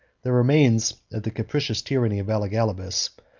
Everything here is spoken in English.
the remains of the capricious tyranny of elagabalus,